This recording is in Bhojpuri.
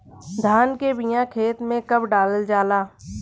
धान के बिया खेत में कब डालल जाला?